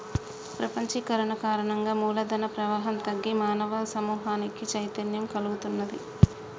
ప్రపంచీకరణ కారణంగా మూల ధన ప్రవాహం తగ్గి మానవ సమూహానికి చైతన్యం కల్గుతున్నాది